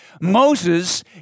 Moses